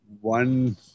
One